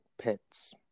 pets